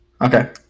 Okay